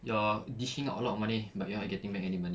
you're dishing out a lot of money but you're not getting back any money